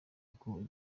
muri